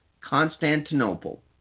Constantinople